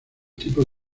tipos